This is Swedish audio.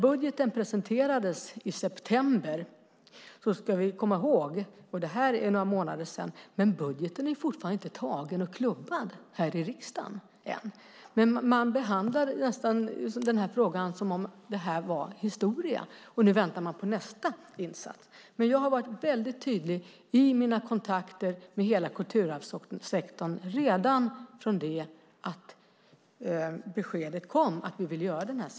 Budgeten presenterades i september - det är några månader sedan - och vi ska komma ihåg att budgeten fortfarande inte är antagen och klubbad i riksdagen. Frågan behandlas som om den är historia, och nu väntar man på nästa insats. Jag har varit tydlig i mina kontakter med hela kulturarvssektorn redan från det att beskedet kom att man ville göra satsningen.